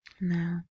no